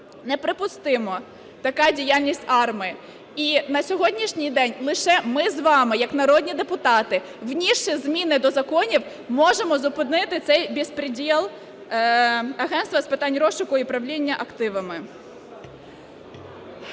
Неприпустима тата діяльність АРМА. І на сьогоднішній день лише ми з вами як народні депутати, внісши зміни до законів, можемо зупинити цей бєзпрєдєл Агентства з питань розшуку і управління активами.